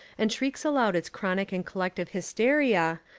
and shrieks aloud its chronic and collective hysteria,